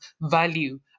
value